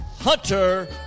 Hunter